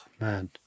man